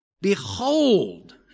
Behold